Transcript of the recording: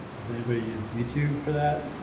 does anybody use youtube for that?